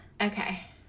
Okay